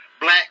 black